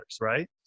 right